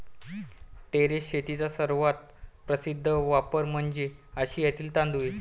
terrace शेतीचा सर्वात प्रसिद्ध वापर म्हणजे आशियातील तांदूळ